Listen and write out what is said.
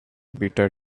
bitter